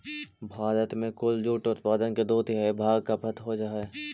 भारत में कुल जूट उत्पादन के दो तिहाई भाग खपत हो जा हइ